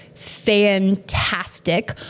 fantastic